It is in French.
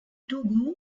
togo